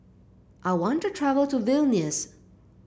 I want to travel to Vilnius